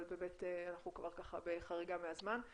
אבל אנחנו כבר ככה בחריגה מהזמן.